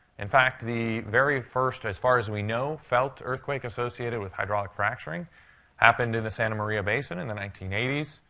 in fact, the very first as far as we know, felt earthquake associated with hydraulic fracturing happened in the santa maria basin in the nineteen eighty s.